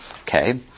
Okay